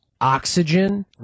oxygen